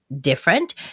different